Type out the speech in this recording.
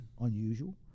unusual